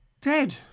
dead